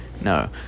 no